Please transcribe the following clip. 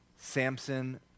Samson